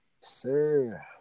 Sir